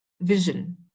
vision